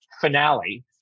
finale